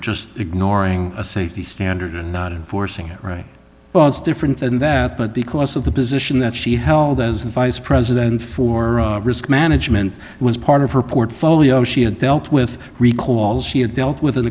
just ignoring a safety standard and not enforcing it right was different than that but because of the position that she held as vice president for risk management was part of her portfolio she had dealt with recall she had dealt with